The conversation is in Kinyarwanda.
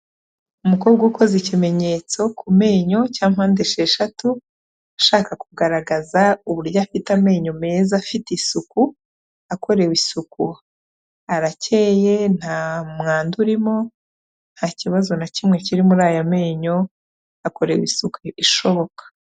Umukobwa ukoze ikimenyetso ku menyo cya mpande esheshatu ashaka kugaragaza uburyo afite amenyo meza afite isuku akorewe isuku arakeye nta mwanda urimo nta kibazo na kimwe kiri muri aya menyo akorewe isuku ishoboka.